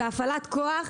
בהפעלת כוח,